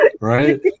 Right